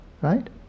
right